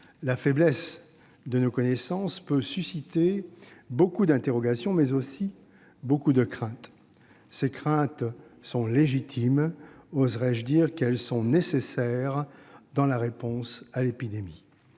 La faiblesse de nos connaissances peut susciter beaucoup d'interrogations, mais aussi beaucoup de craintes. Ces craintes sont légitimes. Oserai-je dire qu'elles sont nécessaires dans la réponse à l'épidémie